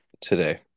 today